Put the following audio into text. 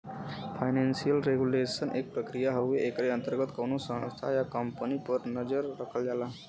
financial regulation एक प्रक्रिया हउवे एकरे अंतर्गत कउनो संस्था या कम्पनी पर नजर रखल जाला